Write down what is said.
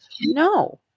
No